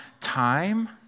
time